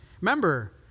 Remember